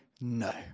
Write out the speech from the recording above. no